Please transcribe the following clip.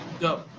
go